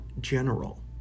general